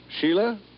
Sheila